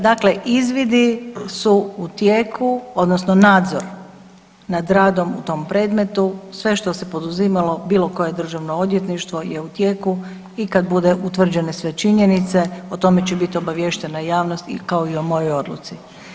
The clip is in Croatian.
Dakle izvidi su u tijeku, odnosno nadzor nad radom u tom predmetu, sve što se poduzimalo, bilo koje državno odvjetništvo, je u tijeku i kad bude utvrđene sve činjenice, o tome će biti obaviještena javnost, kao i o mojoj odluci.